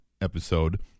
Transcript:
episode